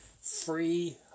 free